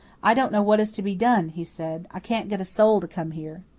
i don't know what is to be done, he said. i can't get a soul to come here.